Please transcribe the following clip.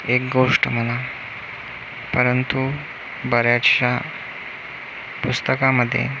एक गोष्ट म्हणा परंतु बऱ्याचशा पुस्तकामध्ये